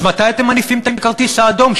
אז מתי אתם מניפים את הכרטיס האדום?